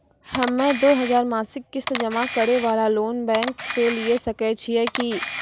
हम्मय दो हजार मासिक किस्त जमा करे वाला लोन बैंक से लिये सकय छियै की?